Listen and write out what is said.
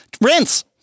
Rinse